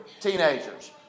teenagers